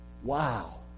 Wow